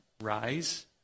Rise